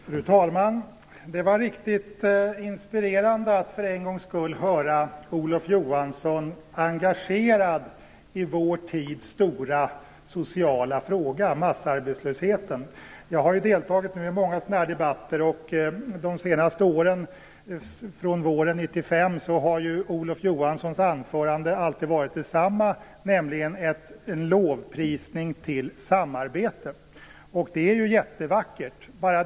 Fru talman! Det var riktigt inspirerande att för en gångs skull höra Olof Johansson engagerad i vår tids stora sociala fråga, massarbetslösheten. Jag har deltagit i många sådana debatter. Från våren 1995 har Olof Johanssons anföranden alltid varit desamma, nämligen en lovprisning till samarbete. Det är jättevackert.